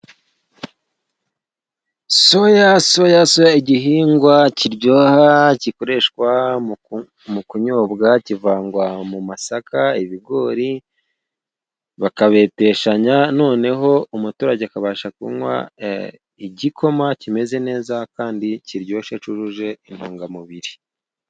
Soya igihingwa kiryoha gikoreshwa mu kunyobwa, kivangwa mu masaka ibigori, bakabeteshanya noneho umuturage akabasha kunwa igikoma kimeze neza, kandi kiryoshe cujuje intungamubiri.